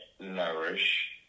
nourish